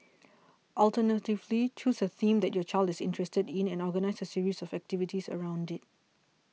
alternatively choose a theme that your child is interested in and organise a series of activities around it